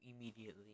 immediately